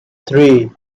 three